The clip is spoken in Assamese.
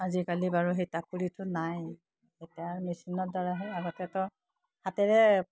আজিকালি বাৰু সেই টাকুৰীটো নাই এতিয়া মেচিনৰ দ্বাৰাহে আগতেতো হাতেৰে